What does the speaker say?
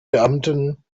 beamten